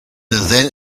then